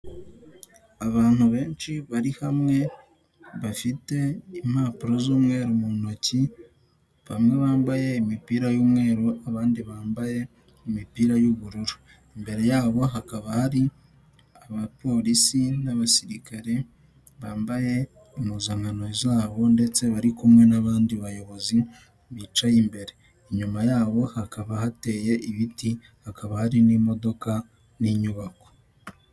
Abantu benshi bari hamwe, bafite impapuro z'umweru mu ntoki, bamwe bambaye imipira y'umweru abandi bambaye imipira y'ubururu. Imbere yabo hakaba hari abapolisi n'abasirikare bambaye impuzankano zabo ndetse bari kumwe n'abandi bayobozi bicaye imbere. Inyuma yabo hakaba hateye ibiti, hakaba hari n'imodoka n'inyubako.